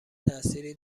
تاثیری